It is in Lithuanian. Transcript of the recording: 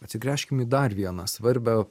atsigręžkim į dar vieną svarbią